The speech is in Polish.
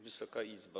Wysoka Izbo!